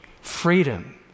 Freedom